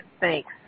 Thanks